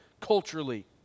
culturally